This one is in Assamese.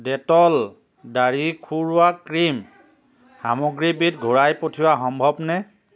ডেটল দাঢ়ি খুৰোৱা ক্ৰীম সামগ্ৰীবিধ ঘূৰাই পঠিওৱা সম্ভৱনে